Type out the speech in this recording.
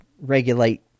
regulate